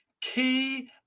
key